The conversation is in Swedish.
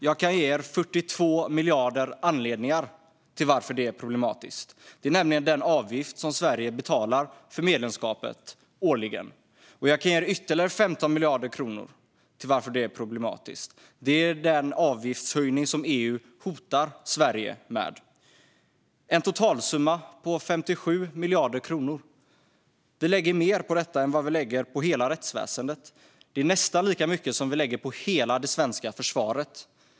Jag kan ge er 42 miljarder anledningar. Det är nämligen den avgift som Sverige årligen betalar för medlemskapet. Jag kan ge er ytterligare 15 miljarder anledningar. Det är den avgiftshöjning som EU hotar Sverige med. Totalsumman blir 57 miljarder kronor. Vi lägger mer på EU-avgiften än på hela rättsväsendet. Det är nästan lika mycket som vi lägger på hela det svenska försvaret.